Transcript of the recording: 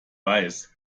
weiß